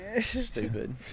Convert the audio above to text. Stupid